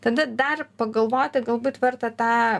tada dar pagalvoti galbūt verta tą